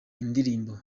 indirimbo